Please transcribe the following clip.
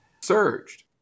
surged